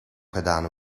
gedaan